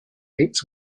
makes